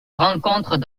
rencontre